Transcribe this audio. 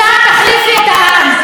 מה את יודעת על אבא שלי?